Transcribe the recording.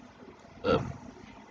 um